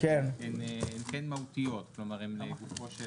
הן כן מהותיות כלומר הן לגופו של עניין.